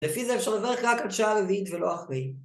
לפי זה אפשר לברך רק עד שעה רביעית ולא אחרי